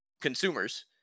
consumers